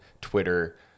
twitter